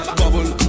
bubble